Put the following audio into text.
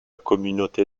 communauté